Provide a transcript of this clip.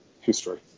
history